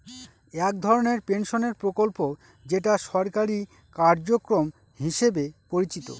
এক ধরনের পেনশনের প্রকল্প যেটা সরকারি কার্যক্রম হিসেবে পরিচিত